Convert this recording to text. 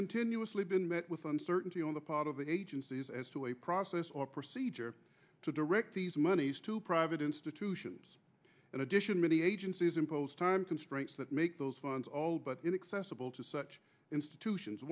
continuously been met with uncertainty on the part of the agencies as to a process or procedure to direct these monies to private institutions in addition many agencies impose time constraints that make those funds all but inaccessible to such institutions